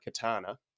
Katana